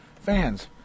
fans